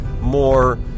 more